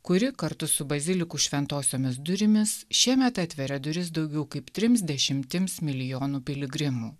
kuri kartu su bazilikų šventosiomis durimis šiemet atveria duris daugiau kaip trims dešimtims milijonų piligrimų